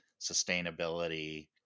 sustainability